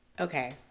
Okay